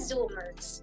Zoomers